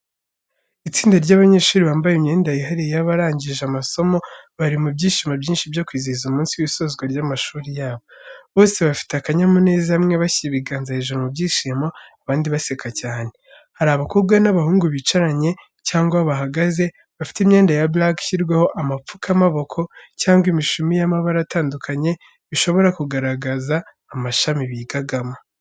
Itsinda ry’abanyeshuri bambaye imyenda yihariye y’abarangije amasomo, bari mu byishimo byinshi byo kwizihiza umunsi w’isozwa ry’amashuri yabo. Bose bafite akanyamuneza, bamwe bashyira ibiganza hejuru mu byishimo, abandi baseka cyane. Hari abakobwa n’abahungu bicaranye cyangwa bahagaze, bafite imyenda ya black ishyirwaho amapfukamaboko cyangwa imishumi y’amabara atandukanye, bishobora kugaragaza amashami bigagamo.